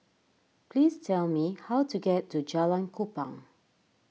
please tell me how to get to Jalan Kupang